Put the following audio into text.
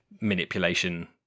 manipulation